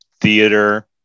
theater